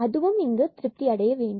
அதுவும் திருப்தி அடைய வேண்டும்